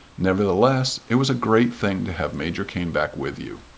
nevertheless it was a great thing to have major caneback with you.